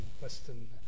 Western